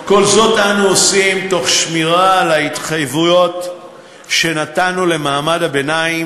כל זאת אנו עושים תוך שמירה על ההתחייבות שנתנו למעמד הביניים,